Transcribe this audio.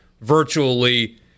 virtually